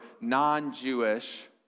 non-Jewish